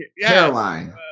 Caroline